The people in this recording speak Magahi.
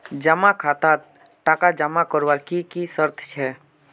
जमा खातात टका जमा करवार की की शर्त छे?